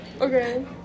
Okay